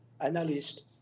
analyst